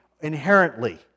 Inherently